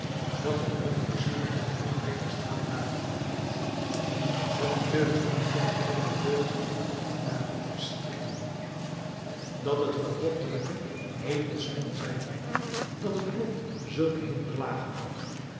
dat het onvoorziene een onwederstaanbare macht had dat de deugd van een tuchteling de deugd van een ambtenaar kon verstrikken dat het gedrochtelijke hemelsch kon zijn dat het lot zulke hinderlagen had